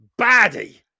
baddie